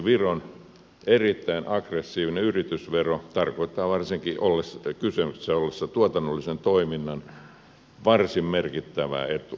viron erittäin aggressiivinen yritysvero tarkoittaa varsinkin tuotannollisen toiminnan kysymyksessä ollessa varsin merkittävää etua